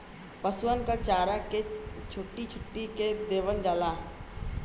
पसुअन क चारा के छोट्टी छोट्टी कै देवल जाला